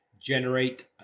generate